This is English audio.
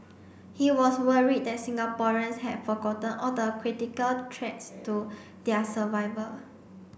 he was worried that Singaporeans had forgotten all the critical threats to their survival